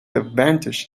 advantage